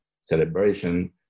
celebration